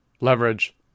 leverage